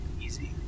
easy